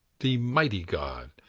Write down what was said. the mighty god,